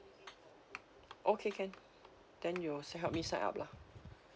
okay can then you si~ help me sign up lah